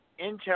Intel